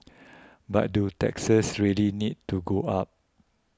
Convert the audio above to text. but do taxes really need to go up